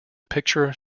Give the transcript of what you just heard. picture